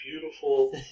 beautiful